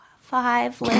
five